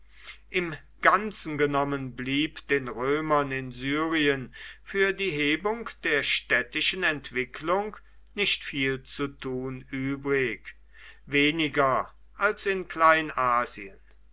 im ganzen genommen blieb den römern in syrien für die hebung der städtischen entwicklung nicht viel zu tun übrig weniger als in kleinasien